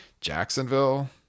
Jacksonville